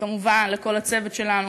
וכמובן לכל הצוות שלנו,